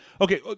Okay